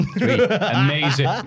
amazing